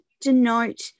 denote